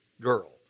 girl